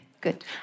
Good